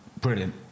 Brilliant